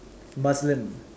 Muslim